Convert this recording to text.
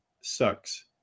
sucks